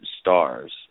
stars